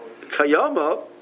Kayama